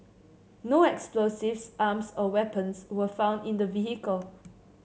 no explosives arms or weapons were found in the vehicle